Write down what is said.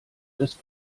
des